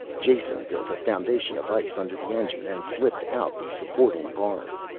jason built a foundation of ice under the engine then slipped out the supporting bars.